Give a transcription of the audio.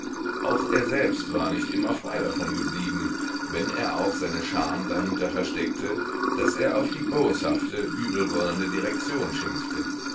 auch er selbst war nicht immer frei davon geblieben wenn er auch seine scham dahinter versteckte daß er auf die boshafte übelwollende direktion schimpfte